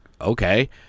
okay